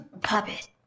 Puppet